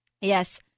Yes